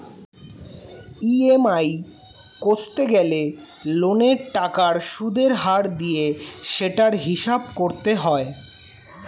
EMI কষতে গেলে লোনের টাকার সুদের হার দিয়ে সেটার হিসাব করতে হয়